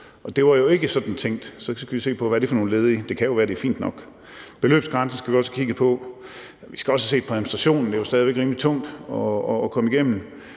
det var jo ikke sådan, det var tænkt. Så kan vi se på, hvad det er for nogle ledige – det kan jo være, det er fint nok. Beløbsgrænsen skal vi også have kigget på. Vi skal også have set på administrationen. Det er jo stadig væk rimelig tungt at komme igennem.